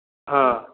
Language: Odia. ହଁ